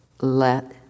Let